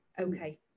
okay